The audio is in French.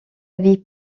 vie